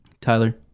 Tyler